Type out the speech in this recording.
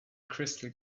crystal